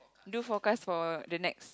do forecast for the next